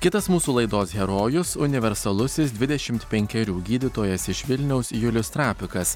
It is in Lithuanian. kitas mūsų laidos herojus universalusis dvidešimt penkerių gydytojas iš vilniaus julius trapikas